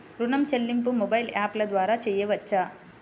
ఋణం చెల్లింపు మొబైల్ యాప్ల ద్వార చేయవచ్చా?